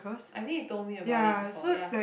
I think you told me about it before ya